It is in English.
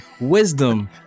wisdom